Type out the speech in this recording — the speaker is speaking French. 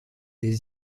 des